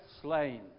slain